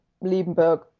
liebenberg